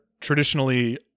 traditionally